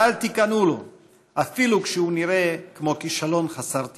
ואל תיכנעו לו אפילו כשהוא נראה כמו כישלון חסר תקווה.